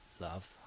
love